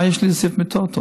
מה יש לי להוסיף מיטות עוד?